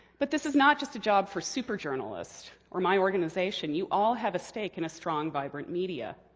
but this is not just a job for super-journalists or my organization. you all have a stake in a strong, vibrant media.